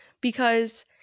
because-